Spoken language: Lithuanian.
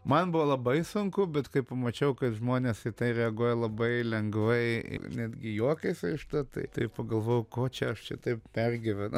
man buvo labai sunku bet kai pamačiau kad žmonės į tai reaguoja labai lengvai netgi juokiasi iš to tai tai pagalvojau ko čia aš čia taip pergyvenu